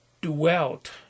dwelt